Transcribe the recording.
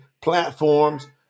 platforms